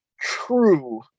true